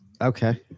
Okay